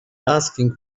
asking